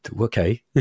Okay